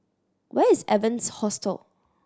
where is Evans Hostel